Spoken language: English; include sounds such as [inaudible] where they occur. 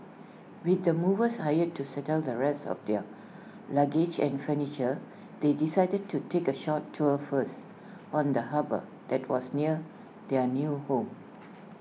with the movers hired to settle the rest of their [noise] luggage and furniture they decided to take A short tour first of the harbour that was near their new home